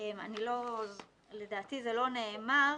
לדעתי זה לא נאמר,